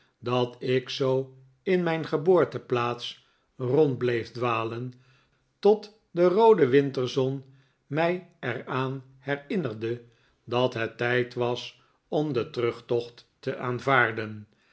dat ik zoo in mijn geboorteplaats rond bleef dwalen tot de roode winterzon mij er aan herinnerde dat het tijd was om den terugtocht te aanvaarden